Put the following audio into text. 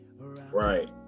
right